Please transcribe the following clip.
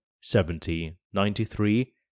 seventy-ninety-three